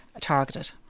targeted